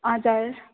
हजुर